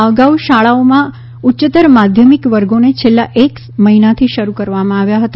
આ અગાઉ શાળાઓમાં ઉચ્ચતર માધ્યમિક વર્ગોને છેલ્લા એક મહિનાથી શરૂ કરવામાં આવ્યા હતા